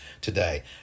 today